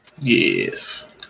Yes